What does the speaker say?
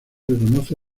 reconoce